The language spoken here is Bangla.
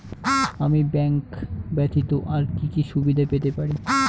আমি ব্যাংক ব্যথিত আর কি কি সুবিধে পেতে পারি?